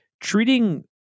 treating